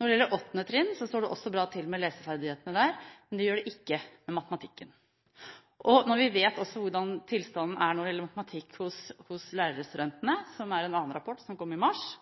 Når det gjelder åttende trinn, står det også bra til med leseferdighetene, men det gjør det ikke i matematikk. Når vi vet hvordan tilstanden er når det gjelder matematikk hos lærerstudentene – det kom fram i en annen rapport som kom i mars –